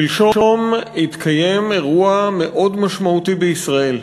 שלשום התקיים אירוע מאוד משמעותי בישראל,